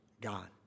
God